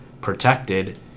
protected